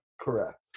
Correct